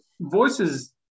voices